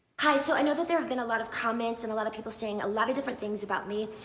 hi, so i know that there have been a lot of comments and a lot of people saying a lot of different things about me.